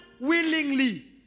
willingly